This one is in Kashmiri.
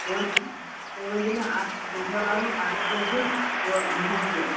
تُہۍ ؤنتو تُہۍ ؤنتو مےٚ اَکھ چیٖز تُہۍ چھوٕ لاگان اَتھٕ تِلہٕ کِنہٕ ہُہ میٚشیٖن تِلہٕ